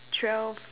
twelve